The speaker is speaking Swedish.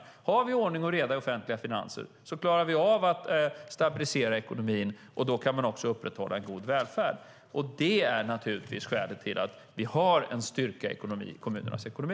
Om vi har ordning och reda i offentliga finanser klarar vi av att stabilisera ekonomin, och då kan man också upprätthålla en god välfärd. Det är skälet till att vi har en styrka i kommunernas ekonomi.